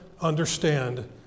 understand